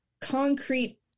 concrete